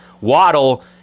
Waddle